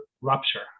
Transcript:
rupture